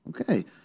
Okay